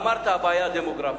אמרת, בעיה דמוגרפית.